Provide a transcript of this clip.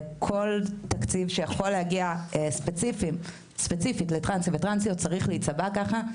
כל תקציב שיכול להגיע ספציפית לטרנסים וטרנסיות צריך להיצבע ככה.